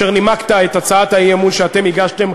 כאשר נימקת את הצעת האי-אמון שאתם הגשתם,